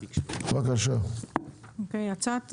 הצעת